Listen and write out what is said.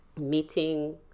meeting